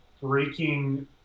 breaking